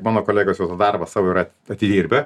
mano kolegos jos darbą savo yra atidirbę